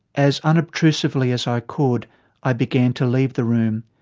as unobtrusively as i could i began to leave the room.